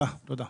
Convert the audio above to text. תודה, תודה.